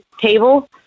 table